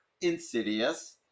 insidious